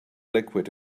liquid